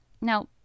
now